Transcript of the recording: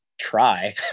try